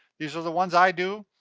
these are the one's i do,